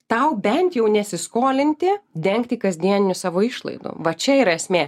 tau bent jau nesiskolinti dengti kasdieninių savo išlaidų va čia yra esmė